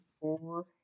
Four